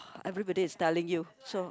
everybody is telling you so